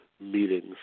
meetings